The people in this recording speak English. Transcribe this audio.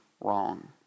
wrong